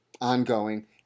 Ongoing